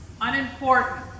Unimportant